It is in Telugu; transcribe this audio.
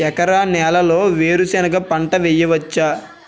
ఎర్ర నేలలో వేరుసెనగ పంట వెయ్యవచ్చా?